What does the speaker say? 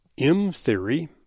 M-theory